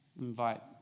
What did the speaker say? Invite